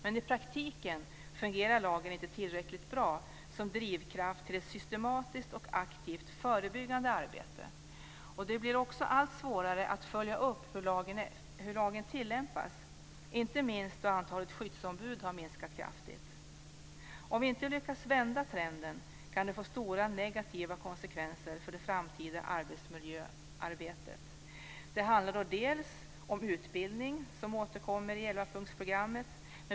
Men i praktiken fungerar lagen inte tillräckligt bra som drivkraft när det gäller ett systematiskt och aktivt förebyggande arbete. Det blir också allt svårare att följa upp hur lagen tillämpas, inte minst då antalet skyddsombud har minskat kraftigt. Om vi inte lyckas vända trenden kan det få stora negativa konsekvenser för det framtida arbetsmiljöarbetet. Det handlar om utbildning, som återkommer i 11-punktsprogrammet.